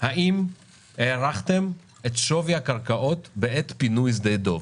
האם הערכתם את שווי הקרקעות בעת פינוי שדה דב?